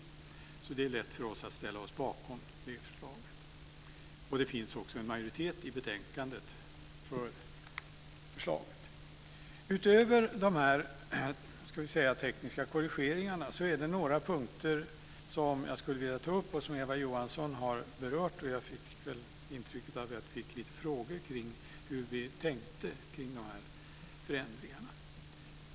Det är därför lätt för oss att ställa oss bakom det förslaget. Det finns också en majoritet i utskottet för förslaget. Utöver dessa tekniska korrigeringar är det några punkter som jag skulle vilja ta upp och som Eva Johansson har berört. Jag fick intrycket att det ställdes frågor till mig kring hur vi tänkte i fråga om dessa förändringar.